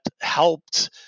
helped